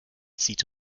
zieht